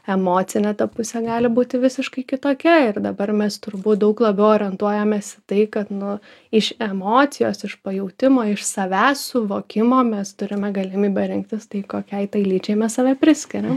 emocinė pusė gali būti visiškai kitokia ir dabar mes turbūt daug labiau orientuojamės į tai kad nu iš emocijos iš pajautimo iš savęs suvokimo mes turime galimybę rinktis tai kokiai tai lyčiai mes save priskiriam